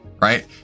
Right